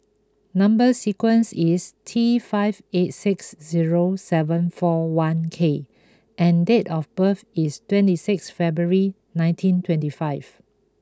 number sequence is T five eight six zero seven four one K and date of birth is twenty six February nineteen twenty five